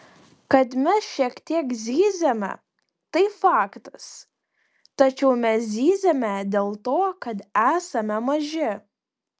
kad mes šiek tiek zyziame tai faktas tačiau mes zyziame dėl to kad esame maži